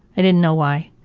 i didn't know why.